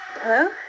Hello